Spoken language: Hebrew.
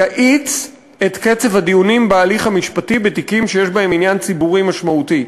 יאיץ את קצב הדיונים בהליך המשפטי בתיקים שיש בהם עניין ציבורי משמעותי.